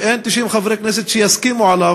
ואין 90 חברי כנסת שיסכימו עליו,